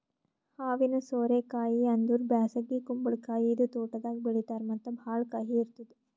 ಹಾವಿನ ಸೋರೆ ಕಾಯಿ ಅಂದುರ್ ಬ್ಯಾಸಗಿ ಕುಂಬಳಕಾಯಿ ಇದು ತೋಟದಾಗ್ ಬೆಳೀತಾರ್ ಮತ್ತ ಭಾಳ ಕಹಿ ಇರ್ತುದ್